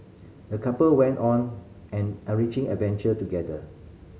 the couple went on an enriching adventure together